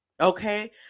Okay